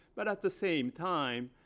but at the same time,